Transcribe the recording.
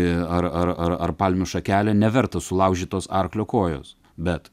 ar ar ar palmių šakelę nevertos sulaužytos arklio kojos bet